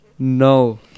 No